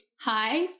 Hi